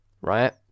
right